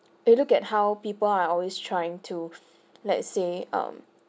we look at how people are always trying to let's say um